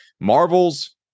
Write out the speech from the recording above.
Marvel's